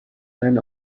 then